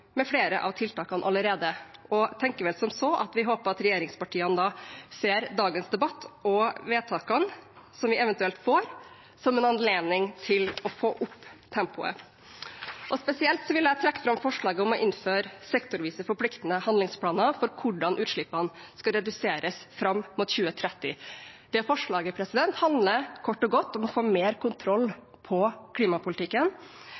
med flere av tiltakene allerede, og tenker vel som så at vi håper regjeringspartiene ser på dagens debatt og vedtakene som vi eventuelt får, som en anledning til å få opp tempoet. Spesielt vil jeg trekke fram forslaget om å innføre sektorvise forpliktende handlingsplaner for hvordan utslippene skal reduseres fram mot 2030. Det forslaget handler kort og godt om å få mer